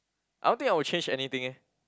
I don't think I will change anything eh